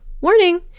warning